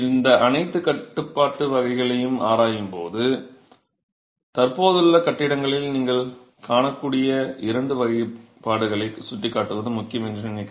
இந்த அனைத்து வகைப்பாடுகளையும் ஆராயும்போது தற்போதுள்ள கட்டிடங்களில் நீங்கள் காணக்கூடிய இரண்டு வகைப்பாடுகளைச் சுட்டிக்காட்டுவது முக்கியம் என்று நினைக்கிறேன்